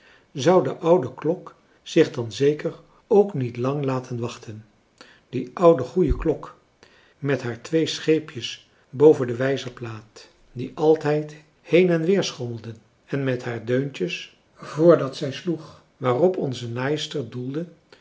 zou de oude klok zich dan zeker ook niet lang laten wachten die oude goeie klok met haar twee scheepjes boven de wijzerplaat die altijd heen en weer schommelden en met haar deuntjes voordat zij sloeg waarop onze naaister doelde